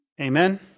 Amen